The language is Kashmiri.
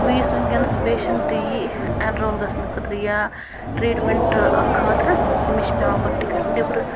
وۄنۍ یُس وٕنۍکٮ۪نَس پیشنٛٹ یی اٮ۪نرول گَژھنہٕ خٲطرٕ یا ٹرٛیٹمٮ۪نٛٹ خٲطرٕ تٔمِس چھِ پٮ۪وان گۄڈٕ ٹِکٹ نٮ۪برٕ